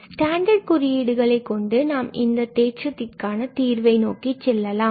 standard குறியீடுகளை கொண்டு நாம் இந்த தேற்றத்திற்கான தீர்வை நோக்கி செல்லலாம்